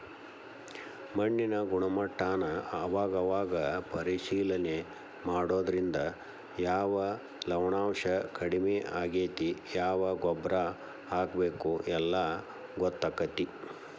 ಮಣ್ಣಿನ ಗುಣಮಟ್ಟಾನ ಅವಾಗ ಅವಾಗ ಪರೇಶಿಲನೆ ಮಾಡುದ್ರಿಂದ ಯಾವ ಲವಣಾಂಶಾ ಕಡಮಿ ಆಗೆತಿ ಯಾವ ಗೊಬ್ಬರಾ ಹಾಕಬೇಕ ಎಲ್ಲಾ ಗೊತ್ತಕ್ಕತಿ